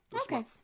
Okay